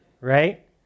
right